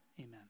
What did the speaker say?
amen